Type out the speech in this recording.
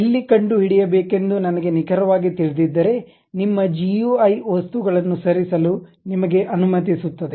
ಎಲ್ಲಿ ಕಂಡುಹಿಡಿಯಬೇಕೆಂದು ನನಗೆ ನಿಖರವಾಗಿ ತಿಳಿದಿದ್ದರೆ ನಿಮ್ಮ GUI ವಸ್ತುಗಳನ್ನು ಸರಿಸಲು ನಿಮಗೆ ಅನುಮತಿಸುತ್ತದೆ